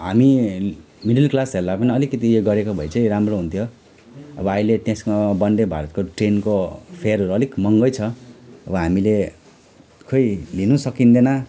हामी मिडल क्लासहरूलाई पनि अलिकति उयो गरेको भए चाहिँ राम्रो हुन्थ्यो अब अहिले त्यसमा बन्दे भारतको ट्रेनको फेयरहरू अलिक महँगै छ अब हामीले खोई लिनु सकिँदैन